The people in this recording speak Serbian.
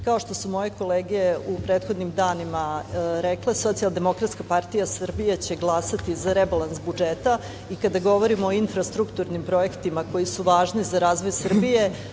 kao što su moje kolege u prethodnim danima rekle SDPS će glasati za rebalans budžeta i kada govorimo o infrastrukturnim projektima koji su važni za razvoj Srbije,